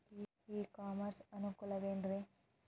E commerce ನ ಅನುಕೂಲವೇನ್ರೇ?